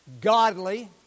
godly